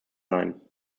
sein